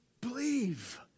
believe